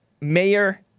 Mayor